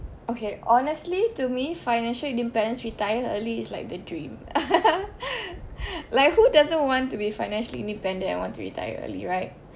okay honestly to me financial independence retire early it's like the dream like who doesn't want to be financially independent and want to retire early right